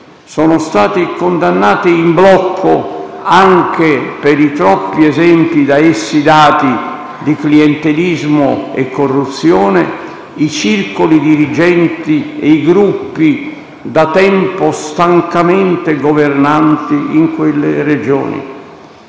Sono stati condannati in blocco, anche per i troppi esempi da essi dati di clientelismo e corruzione, i circoli dirigenti e i gruppi da tempo stancamente governanti in quelle Regioni.